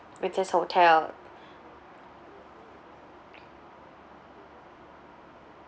with this hotel